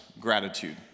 gratitude